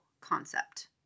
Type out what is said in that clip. concept